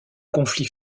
conflit